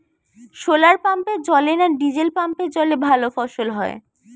শোলার পাম্পের জলে না ডিজেল পাম্পের জলে ভালো ফসল হয়?